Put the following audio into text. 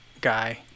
guy